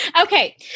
Okay